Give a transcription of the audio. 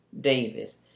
Davis